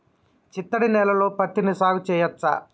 చిత్తడి నేలలో పత్తిని సాగు చేయచ్చా?